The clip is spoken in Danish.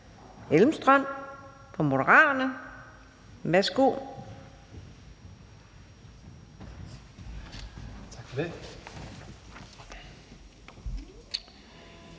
Elmstrøm fra Moderaterne. Værsgo.